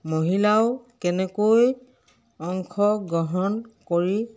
মহিলাও কেনেকৈ অংশগ্ৰহণ কৰি